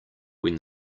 when